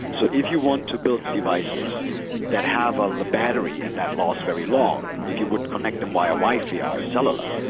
so if you want to build devices that have a like batter and that last very long, if you would connect them via wi-fi ah or cellular,